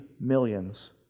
millions